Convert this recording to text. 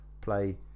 play